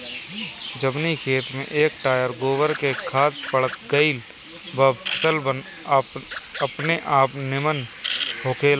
जवनी खेत में एक टायर गोबर के खाद पड़ गईल बा फसल अपनेआप निमन होखेला